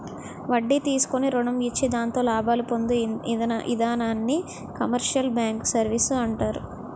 వడ్డీ తీసుకుని రుణం ఇచ్చి దాంతో లాభాలు పొందు ఇధానాన్ని కమర్షియల్ బ్యాంకు సర్వీసు అంటారు